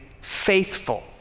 faithful